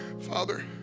Father